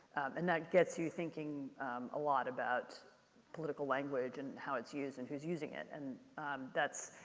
and that gets you thinking a lot about political language and how it's used and who's using it. and that's,